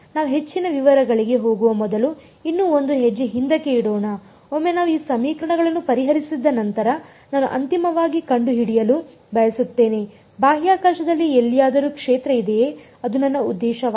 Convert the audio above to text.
ನಾವು ಹೆಚ್ಚಿನ ವಿವರಗಳಿಗೆ ಹೋಗುವ ಮೊದಲು ಇನ್ನೂ ಒಂದು ಹೆಜ್ಜೆ ಹಿಂದಕ್ಕೆ ಇಡೋಣ ಒಮ್ಮೆ ನಾವು ಈ ಸಮೀಕರಣಗಳನ್ನು ಪರಿಹರಿಸಿದ ನಂತರ ನಾನು ಅಂತಿಮವಾಗಿ ಕಂಡುಹಿಡಿಯಲು ಬಯಸುತ್ತೇನೆ ಬಾಹ್ಯಾಕಾಶದಲ್ಲಿ ಎಲ್ಲಿಯಾದರೂ ಕ್ಷೇತ್ರ ಇದೆಯೇ ಅದು ನನ್ನ ಉದ್ದೇಶವಾಗಿದೆ